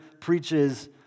preaches